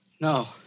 No